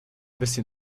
bisschen